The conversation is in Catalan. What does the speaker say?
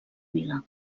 vila